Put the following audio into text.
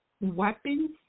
weapons